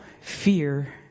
fear